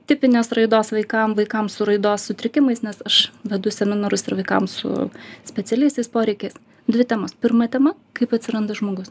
tipinės raidos vaikam vaikam su raidos sutrikimais nes aš vedu seminarus ir vaikam su specialiaisiais poreikiais dvi temos pirma tema kaip atsiranda žmogus